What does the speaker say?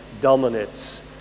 dominates